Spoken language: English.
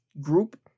group